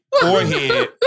forehead